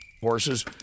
horses